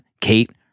Kate